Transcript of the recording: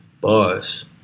bars